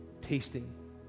tasting